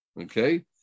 Okay